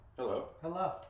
hello